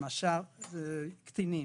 למשל: קטינים,